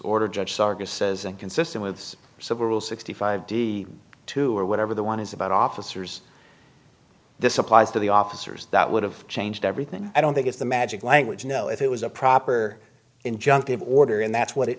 order judge sarkis says and consistent with several sixty five d two or whatever the one is about officers this applies to the officers that would have changed everything i don't think it's the magic language you know if it was a proper injunctive order and that's what it